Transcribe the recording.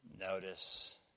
Notice